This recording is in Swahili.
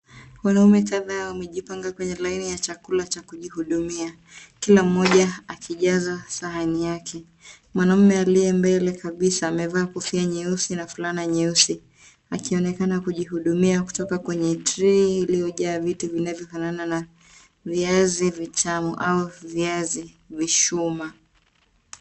Wanaume kadhaa wamejipamga kwenye laini ya chakula cha kujihudumia, Kila mmoja akijaza sahani yake, mwanaume aliye mbele kabisa amevaa kofia nyeusi na fulana nyeusi akionekana akijihudumia kutoka kwenye tray ilivyo jaa vitu inavyo fanana na viazi vitamu au viazi vishuma